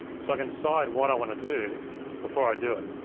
so i can decide what i want to do before i do it.